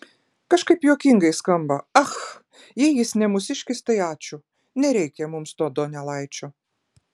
kažkaip juokingai skamba ach jei jis ne mūsiškis tai ačiū nereikia mums to donelaičio